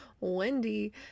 wendy